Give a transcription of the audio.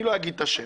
אני לא אגיד את השם,